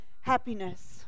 happiness